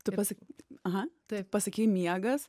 tu pasakei aha taip pasakei miegas